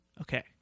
Okay